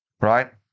Right